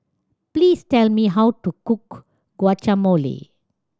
please tell me how to cook Guacamole